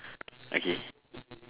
okay